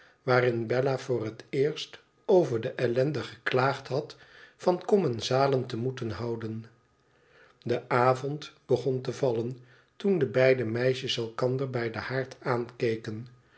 waarin bella voor het eerst over de ellende geklaagd had van commensalen te moeten houden de avond begon te vallen toen de beide meisjes elkander bij den haard aankeken